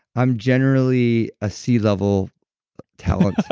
i'm generally a c-level talent.